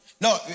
No